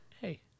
hey